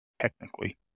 technically